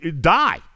Die